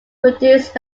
produced